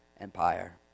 empire